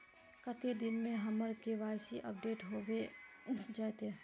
कते दिन में हमर के.वाई.सी अपडेट होबे जयते?